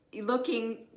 looking